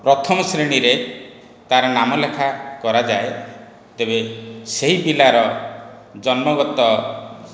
ପ୍ରଥମ ଶ୍ରେଣୀରେ ତା'ର ନାମ ଲେଖା କରାଯାଏ ତେବେ ସେହି ପିଲାର ଜନ୍ମଗତ